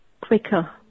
quicker